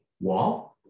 wall